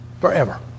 forever